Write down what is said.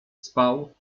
spał